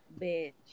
Bitch